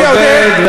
תגיד לי, עודד.